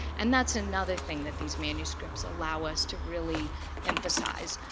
and that's another thing that these manuscripts allow us to really emphasize.